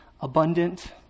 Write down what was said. abundant